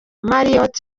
marriot